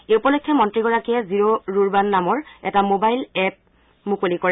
এই উপলক্ষে মন্ত্ৰীগৰাকীয়ে জিঅ' ৰুৰবান নামৰ এটা ম'বাইল এপ মুকলি কৰে